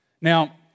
Now